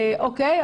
בסדר,